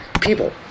people